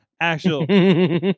actual